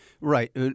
Right